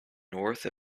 north